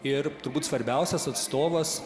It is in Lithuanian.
ir turbūt svarbiausias atstovas